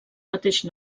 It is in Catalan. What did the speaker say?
mateix